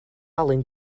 alun